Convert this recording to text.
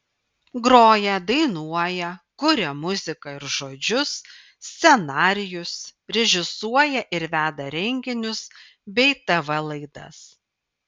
groja dainuoja kuria muziką ir žodžius scenarijus režisuoja ir veda renginius bei tv laidas